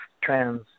trans